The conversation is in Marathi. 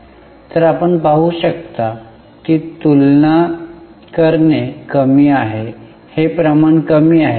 तर आपण पाहू शकता की तुलना करणे कमी आहे हे प्रमाण कमी आहे